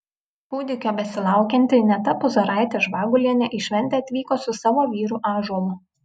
kūdikio besilaukianti ineta puzaraitė žvagulienė į šventę atvyko su savo vyru ąžuolu